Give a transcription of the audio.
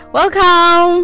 Welcome